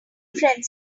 friend